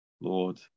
Lord